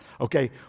Okay